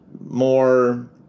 more